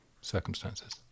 circumstances